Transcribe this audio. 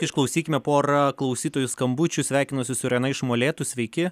išklausykime porą klausytojų skambučių sveikinuosi su irena iš molėtų sveiki